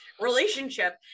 relationship